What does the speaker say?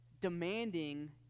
demanding